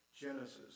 Genesis